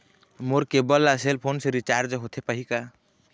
मोर cable ला cell phone से recharge होथे पाही का?